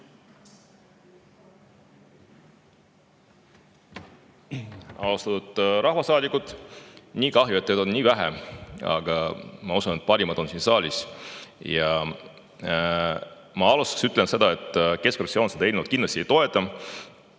Austatud rahvasaadikud! Kahju, et teid on nii vähe, aga ma usun, et parimad on siin saalis. Ja ma alustuseks ütlen seda, et keskfraktsioon seda eelnõu kindlasti ei toeta.